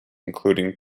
including